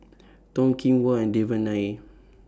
Toh Kim Hwa and Devan Nair